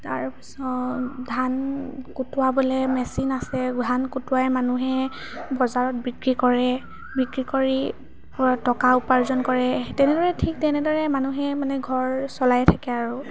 তাৰপিছত ধান কুটুৱাবলৈ মেচিন আছে ধান কুটুৱাই মানুহে বজাৰত বিক্ৰী কৰে বিক্ৰী কৰি পূৰা টকা উপাৰ্জন কৰে তেনেদৰে ঠিক তেনেদৰে মানুহে মানে ঘৰ চলাই থাকে আৰু